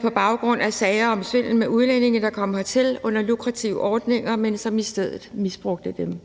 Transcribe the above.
på baggrund af sager om svindel med udlændinge, der kom hertil på lukrative ordninger, men som i stedet misbrugte dem.